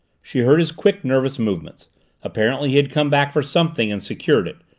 she heard his quick, nervous movements apparently he had come back for something and secured it,